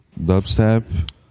dubstep